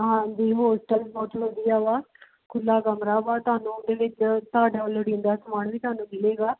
ਹਾਂਜੀ ਹੋਸਟਲ ਬਹੁਤ ਵਧੀਆ ਹੈ ਖੁੱਲ੍ਹਾ ਕਮਰਾ ਵਾ ਤੁਹਾਨੂੰ ਉਹਦੇ ਵਿੱਚ ਤੁਹਾਡਾ ਲੋੜੀਂਦਾ ਸਮਾਨ ਵੀ ਤੁਹਾਨੂੰ ਮਿਲੇਗਾ